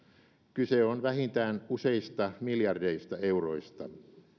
kyse on vähintään useista miljardeista euroista